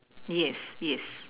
yes yes